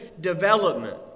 development